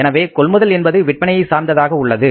எனவே கொள்முதல் என்பது விற்பனையை சார்ந்ததாக உள்ளது